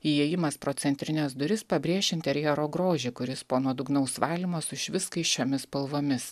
įėjimas pro centrines duris pabrėš interjero grožį kuris po nuodugnaus valymo sušvis skaisčiomis spalvomis